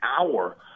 hour